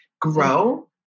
grow